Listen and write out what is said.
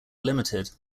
limited